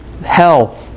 Hell